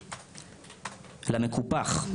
למקופח,